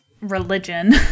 religion